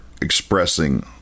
expressing